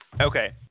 Okay